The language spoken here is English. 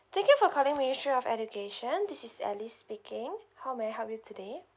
thank you for calling ministry of education this is ellie speaking how may I help you today